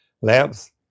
Lamps